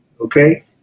Okay